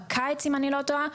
אם אני לא טועה,